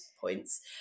points